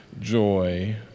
joy